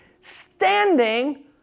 standing